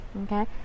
okay